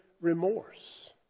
remorse